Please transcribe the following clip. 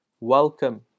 Welcome